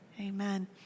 Amen